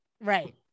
Right